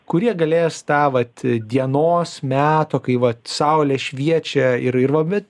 kurie galės tą vat dienos meto kai vat saulė šviečia ir ir va bet